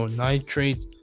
nitrate